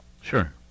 Sure